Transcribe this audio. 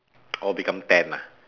all become tan ah